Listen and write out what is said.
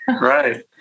Right